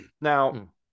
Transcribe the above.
Now